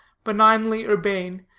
benignly urbane,